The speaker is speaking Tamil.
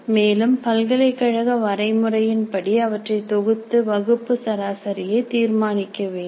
மேலும் பல்கலைக்கழக வரை முறையின்படி அவற்றைத் தொகுத்து வகுப்பு சராசரியை தீர்மானிக்க வேண்டும்